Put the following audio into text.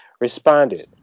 responded